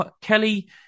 Kelly